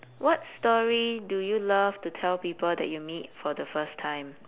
what story do you love to tell people that you meet for the first time